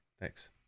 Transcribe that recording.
Thanks